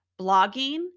Blogging